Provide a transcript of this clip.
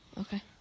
okay